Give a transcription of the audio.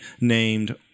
named